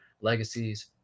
legacies